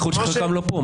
בייחוד שחלקם לא פה.